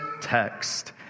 text